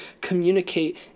communicate